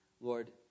Lord